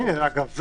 אגב,